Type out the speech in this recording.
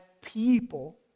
people